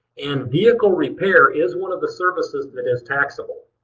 and vehicle repair is one of the services that is taxable.